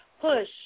Push